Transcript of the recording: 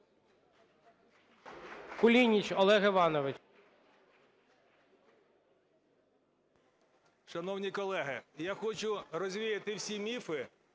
Шановні колеги, я хочу розвіяти всі міфи.